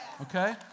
okay